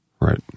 Right